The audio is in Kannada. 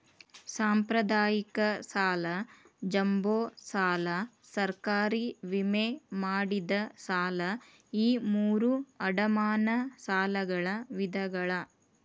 ಸಾಂಪ್ರದಾಯಿಕ ಸಾಲ ಜಂಬೋ ಸಾಲ ಸರ್ಕಾರಿ ವಿಮೆ ಮಾಡಿದ ಸಾಲ ಈ ಮೂರೂ ಅಡಮಾನ ಸಾಲಗಳ ವಿಧಗಳ